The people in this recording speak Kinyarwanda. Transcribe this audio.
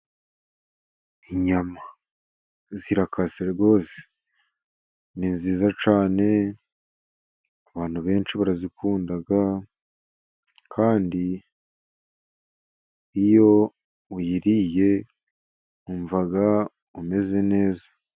Inyama zirakase rwose ni nziza cyane, abantu benshi barazikunda kandi iyo uyiriye wumva umeze neza.